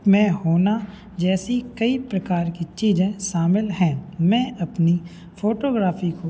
में होना जैसी कई प्रकार कि चीज़ें शामिल हैं मैं अपनी फोटोग्राफी को